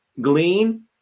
glean